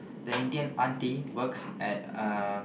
the Indian auntie works at uh